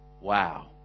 Wow